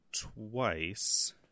twice